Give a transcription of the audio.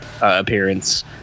appearance